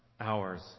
hours